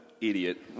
idiot